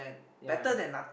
yea